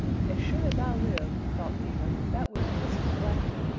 as sure as i live, thought peter, that was mrs. blacky,